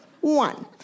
One